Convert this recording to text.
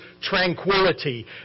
tranquility